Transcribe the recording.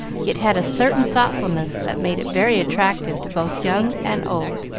yet had a certain thoughtfulness that made it very attractive to both young and old.